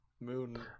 Moon